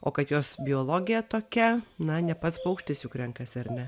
o kad jos biologija tokia na ne pats paukštis juk renkasi ar ne